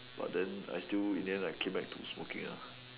but then I still in the end came back to smoking ah